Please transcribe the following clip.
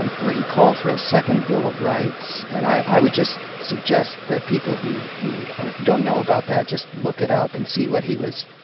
um where he called for a second bill of rights. and i would just suggest that people who who don't know about that just look it up and see what he was